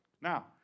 Now